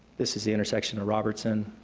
this is the intersection of robertson,